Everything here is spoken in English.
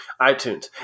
iTunes